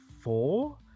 four